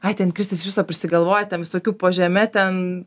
ai ten kristis iš viso prisigalvoja ten visokių po žeme ten